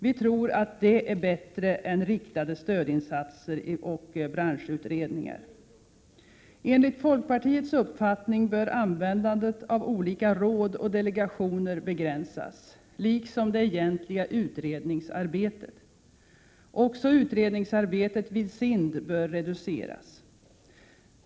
Vi tror att det är bättre än riktade stödinsatser och branschutredningar. Enligt folkpartiets uppfattning bör användandet av olika råd och delegationer begränsas, liksom det egentliga utredningsarbetet. Också utredningsarbetet vid SIND bör reduceras.